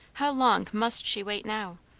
how long must she wait now?